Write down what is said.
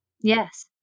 Yes